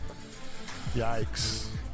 Yikes